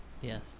Yes